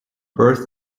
birth